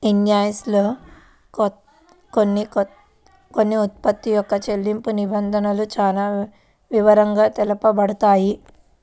invoice లో కొన్న ఉత్పత్తి యొక్క చెల్లింపు నిబంధనలు చానా వివరంగా తెలుపబడతాయి